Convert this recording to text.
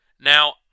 Now